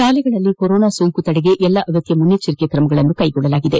ಶಾಲೆಗಳಲ್ಲಿ ಕೊರೋನಾ ಸೋಂಕು ತಡೆಗೆ ಎಲ್ಲಾ ಅಗತ್ವ ಮುಂಜಾಗ್ರತಾ ಕ್ರಮಗಳನ್ನು ಕೈಗೊಳ್ಳಲಾಗಿದೆ